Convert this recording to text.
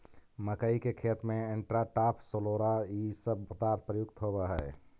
मक्कइ के खेत में एट्राटाफ, सोलोरा इ सब पदार्थ प्रयुक्त होवऽ हई